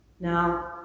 Now